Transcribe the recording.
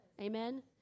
Amen